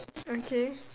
okay